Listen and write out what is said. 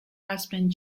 husband